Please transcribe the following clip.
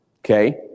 Okay